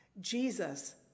Jesus